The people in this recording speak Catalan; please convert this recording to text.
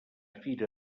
fira